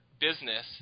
business